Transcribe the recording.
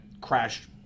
crashed